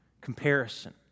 Comparison